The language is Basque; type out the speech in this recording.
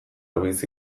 bizi